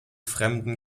fremden